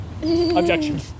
Objection